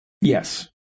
Yes